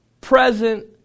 present